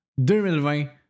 2020